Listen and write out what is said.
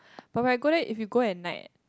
but when I go there if you go and like